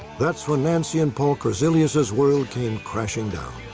that's when nancy and paul korzilius's world came crashing down.